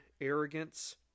arrogance